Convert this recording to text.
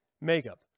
Makeup